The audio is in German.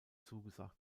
zugesagt